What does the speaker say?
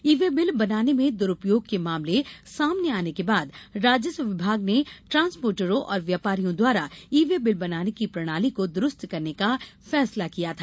ई way bill बनाने में दुरूपयोग के मामले सामने आने के बाद राजस्व विभाग ने ट्रांसपोर्टरों और व्यापारियों द्वारा ई वे बिल बनाने की प्रणाली को दुरुस्त करने का फैसला किया था